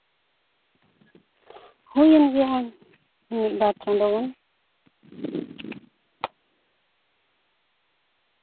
ᱦᱩᱭᱮᱱ ᱜᱮᱭᱟ ᱢᱤᱫᱼᱵᱟᱨ ᱪᱟᱸᱫᱚ ᱜᱟᱱ